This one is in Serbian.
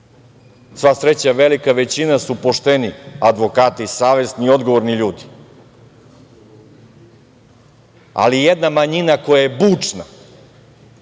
sreća, velika većina su pošteni advokati, savesni i odgovorni ljudi, ali jedna manjina koja je bučna